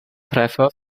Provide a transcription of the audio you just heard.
treffer